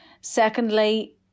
secondly